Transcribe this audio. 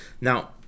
Now